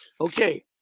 Okay